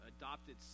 adopted